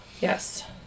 Yes